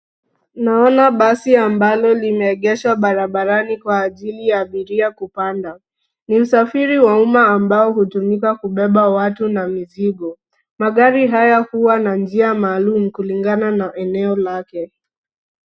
Tunaona basi ambalo limeegeshwa barabarani kwa ajili ya abiria kupanda. Ni usafiri wa umma ambao hutumika kubeba watu na mizigo. Magari haya huwa na njia maalum kulingana na eneo lake.